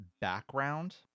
background